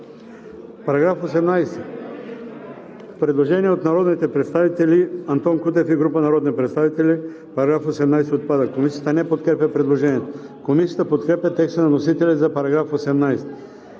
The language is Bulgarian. По § 20 има предложение от народния представител Антон Кутев и група народни представители: „§ 20 отпада.“ Комисията не подкрепя предложението. Комисията подкрепя текста на вносителя за § 20,